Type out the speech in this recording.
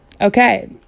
Okay